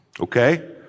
Okay